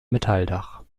metalldach